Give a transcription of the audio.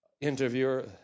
interviewer